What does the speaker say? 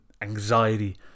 anxiety